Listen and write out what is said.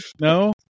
No